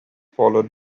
followed